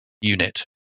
unit